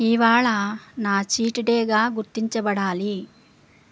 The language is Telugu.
ఇవాళ నా చీట్ డేగా గుర్తించబడాలి